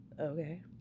okay